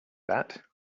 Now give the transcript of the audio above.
that